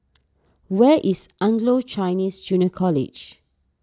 where is Anglo Chinese Junior College